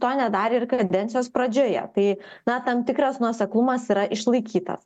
to nedarė ir kadencijos pradžioje tai na tam tikras nuoseklumas yra išlaikytas